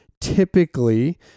typically